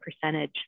percentage